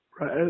right